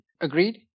Agreed